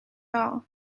all